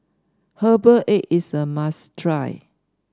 Herbal Egg is a must try